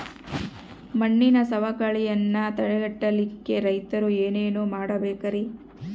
ಮಣ್ಣಿನ ಸವಕಳಿಯನ್ನ ತಡೆಗಟ್ಟಲಿಕ್ಕೆ ರೈತರು ಏನೇನು ಮಾಡಬೇಕರಿ?